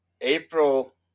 april